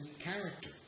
character